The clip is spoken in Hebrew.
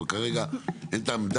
אבל כרגע אין טעם.